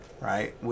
right